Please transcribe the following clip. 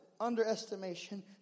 underestimation